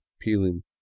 peeling